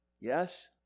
Yes